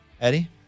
Eddie